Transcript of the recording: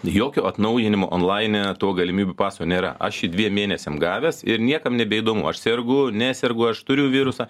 jokio atnaujinimo onlaine to galimybių paso nėra aš jį dviem mėnesiam gavęs ir niekam nebeįdomu aš sergu nesergu aš turiu virusą